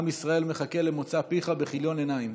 עם ישראל מחכה למוצא פיך בכיליון עיניים.